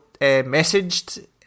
messaged